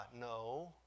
No